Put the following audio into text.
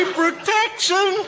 protection